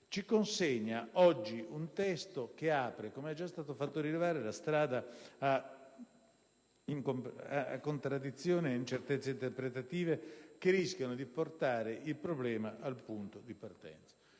ci consegna un testo che - com'è già stato fatto rilevare - apre la strada a contraddizioni ed incertezze interpretative, che rischiano di portare il problema al punto di partenza.